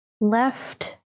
left